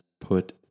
put